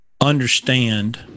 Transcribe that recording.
understand